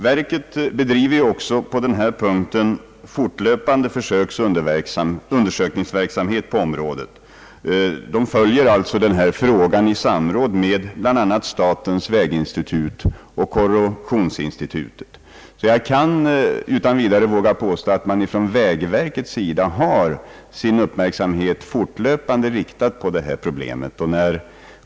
Verket bedriver ju också på denna punkt fortlöpande undersökningsverksamhet inom området. Man följer alltså denna fråga i samråd med bl.a. statens väginstitut och korrosionsinstitutet. Jag vågar därför utan vidare påstå att man från vägverkets sida har sin uppmärksamhet fortlöpande riktad på detta problem.